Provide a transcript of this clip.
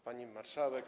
Pani Marszałek!